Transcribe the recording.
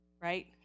right